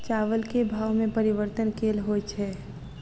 चावल केँ भाव मे परिवर्तन केल होइ छै?